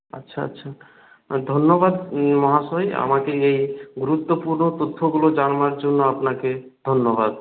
আচ্ছা আচ্ছা ধন্যবাদ মহাশয় আমাকে এই গুরুত্বপূর্ণ তথ্যগুলো জানানোর জন্য আপনাকে ধন্যবাদ